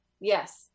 Yes